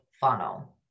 funnel